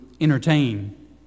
entertain